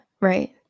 right